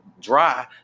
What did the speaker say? dry